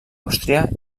àustria